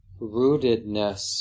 rootedness